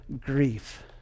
grief